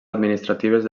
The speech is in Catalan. administratives